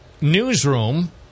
newsroom